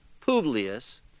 Publius